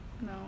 No